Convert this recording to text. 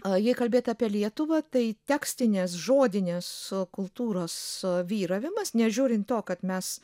a jei kalbėti apie lietuvą tai tekstinės žodinės kultūros vyravimas nežiūrint to kad mes